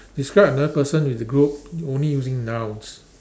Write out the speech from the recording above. describe another person in the group only using nouns